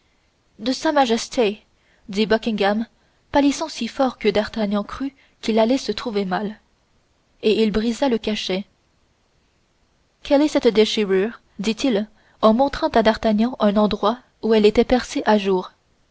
de sa majesté dit buckingham pâlissant si fort que d'artagnan crut qu'il allait se trouver mal et il brisa le cachet quelle est cette déchirure dit-il en montrant à d'artagnan un endroit où elle était percée à jour